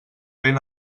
ben